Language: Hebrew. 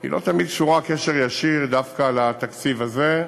לא תמיד קשורה קשר ישיר דווקא לתקציב הזה.